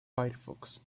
firefox